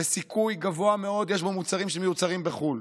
בסיכוי גבוה מאוד יש בו מוצרים שמיוצרים בחו"ל.